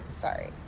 Sorry